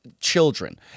children